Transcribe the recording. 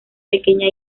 pequeña